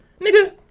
nigga